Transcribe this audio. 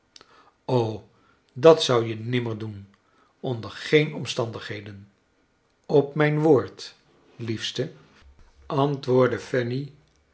dat zou je nimmer doen onder geen omstandigheden op mijn woord liefste ant